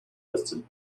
listed